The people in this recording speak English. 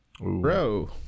Bro